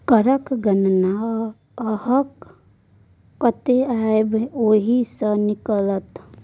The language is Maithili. करक गणना अहाँक कतेक आय यै ओहि सँ निकलत